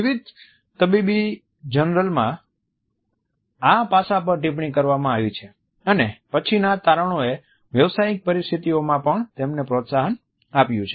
વિવિધ તબીબી જર્નલમાં આ પાસા પર ટિપ્પણી કરવામાં આવી છે અને પછીના તારણોએ વ્યાવસાયિક પરિસ્થિતિઓમાં પણ તેમને પ્રોત્સાહન આપ્યું છે